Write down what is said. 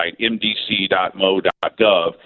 mdc.mo.gov